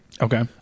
Okay